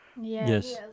yes